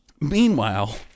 Meanwhile